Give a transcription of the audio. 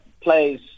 plays